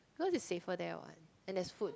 cause it's safer there what and there's food